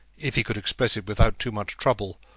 if he could express it without too much trouble,